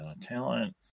Talent